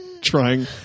trying